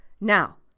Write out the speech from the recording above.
Now